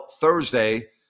Thursday